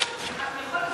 בגלל זה,